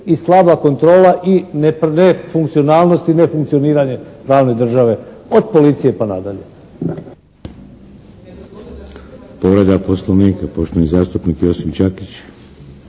i slaba kontrola i nefunkcionalnosti, nefunkcioniranje pravne države, od policije pa na dalje.